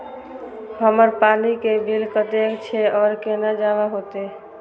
हमर पानी के बिल कतेक छे और केना जमा होते?